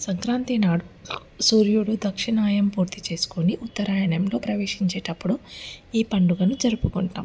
సంక్రాంతి నాడు సూర్యుడు దక్షిణాయం పూర్తిచేసుకుని ఉత్తరాయణంలో ప్రవేశించేటప్పుడు ఈ పండుగను జరుపుకుంటాం